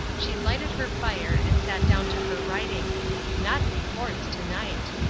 she lighted her fire, and sat down to her writing not reports to-night.